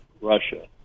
russia